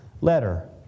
letter